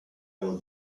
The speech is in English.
will